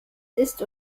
ist